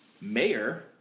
mayor